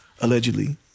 Allegedly